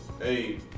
Hey